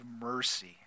mercy